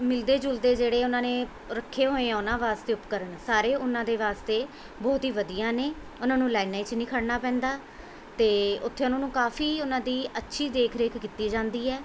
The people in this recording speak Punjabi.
ਮਿਲਦੇ ਜੁਲਦੇ ਜਿਹੜੇ ਉਹਨਾਂ ਨੇ ਰੱਖੇ ਹੋਏ ਆ ਉਹਨਾਂ ਵਾਸਤੇ ਉਪਕਰਨ ਸਾਰੇ ਉਹਨਾਂ ਦੇ ਵਾਸਤੇ ਬਹੁਤ ਹੀ ਵਧੀਆ ਨੇ ਉਹਨਾਂ ਨੂੰ ਲਾਈਨਾਂ 'ਚ ਨਹੀਂ ਖੜ੍ਹਨਾ ਪੈਂਦਾ ਅਤੇ ਉੱਥੇ ਉਹਨਾਂ ਨੂੰ ਕਾਫੀ ਉਹਨਾਂ ਦੀ ਅੱਛੀ ਦੇਖ ਰੇਖ ਕੀਤੀ ਜਾਂਦੀ ਹੈ